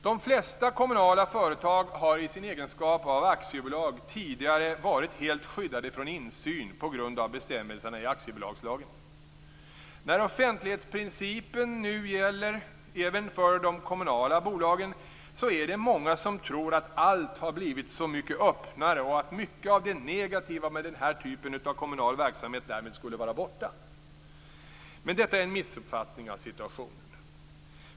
De flesta kommunala företag har i sin egenskap av aktiebolag tidigare varit helt skyddade från insyn på grund av bestämmelserna i aktiebolagslagen. När offentlighetsprincipen nu gäller även för de kommunala bolagen är det många som tror att allt har blivit mycket öppnare och att mycket av det negativa med den här typen av kommunal verksamhet därmed skulle vara borta. Men detta är en missuppfattning av situationen.